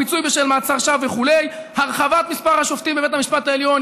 פיצוי בשל מעצר שווא וכו'; הרחבת מספר השופטים בבית המשפט העליון.